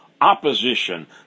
opposition